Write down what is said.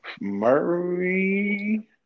Murray